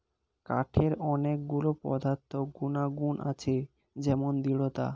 কাঠের অনেক গুলো পদার্থ গুনাগুন আছে যেমন দৃঢ়তা